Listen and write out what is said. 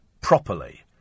properly